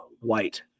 white